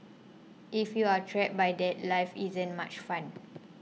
if you are trapped by that life isn't much fun